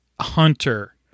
hunter